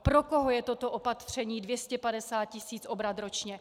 Pro koho je toto opatření 250 tisíc obrat ročně?